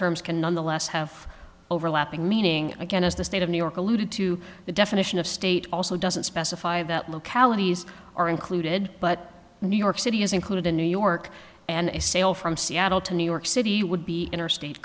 terms can nonetheless have overlapping meaning again as the state of new york alluded to the definition of state also doesn't specify that localities are included but new york city is included in new york and a sail from seattle to new york c he would be interstate